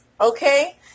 Okay